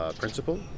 Principal